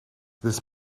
this